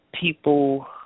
people